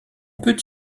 peut